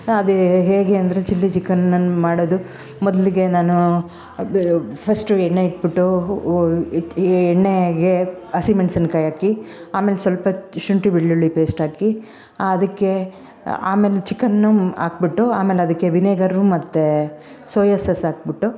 ಅದೇ ಹೇಗೆ ಅಂದರೆ ಚಿಲ್ಲಿ ಚಿಕನ್ ನಾನು ಮಾಡೋದು ಮೊದಲಿಗೆ ನಾನು ಫಸ್ಟು ಎಣ್ಣೆ ಇಟ್ಬಿಟ್ಟು ಎಣ್ಣೆಗೆ ಹಸಿ ಮೆಣ್ಸಿನ್ಕಾಯಿ ಹಾಕಿ ಆಮೇಲೆ ಸ್ವಲ್ಪ ಶುಂಠಿ ಬೆಳ್ಳುಳ್ಳಿ ಪೇಸ್ಟ್ ಹಾಕಿ ಅದಕ್ಕೆ ಆಮೇಲೆ ಚಿಕನ್ನು ಹಾಕ್ಬಿಟ್ಟು ಆಮೇಲೆ ಅದಕ್ಕೆ ವಿನೇಗರ್ರು ಮತ್ತು ಸೋಯ ಸಾಸ್ ಹಾಕಿಬಿಟ್ಟು